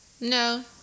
No